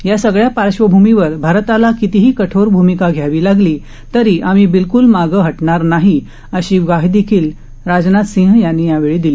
या सगळ्या पार्श्वभूमीवर भारताला जर कितीही कठोर भूमिका घ्यावी लागली तर आम्ही बिलक्ल मागं हटणार नाही अशी ग्वाहीही राजनाथ सिंह यांनी यावेळी दिली